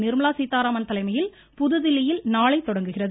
நிர்மலா சீதாராமன் தலைமையில் புதுதில்லியில் நாளை தொடங்குகிறது